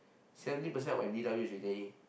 seventy percent of what D_W is already